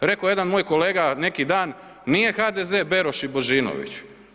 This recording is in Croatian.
Rekao je jedan moj kolega neki dan, nije HDZ Beroš i Božinović.